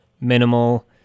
minimal